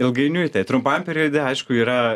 ilgainiui taip trumpam periode aišku yra